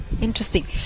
Interesting